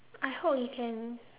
I hope he can